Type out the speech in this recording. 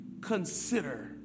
consider